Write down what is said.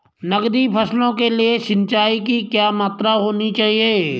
नकदी फसलों के लिए सिंचाई की क्या मात्रा होनी चाहिए?